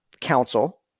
council